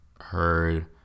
heard